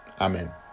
Amen